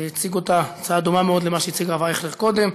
הצעה דומה מאוד למה שהציג הרב אייכלר קודם.